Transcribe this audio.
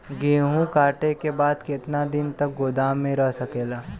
गेहूँ कांटे के बाद कितना दिन तक गोदाम में रह सकेला?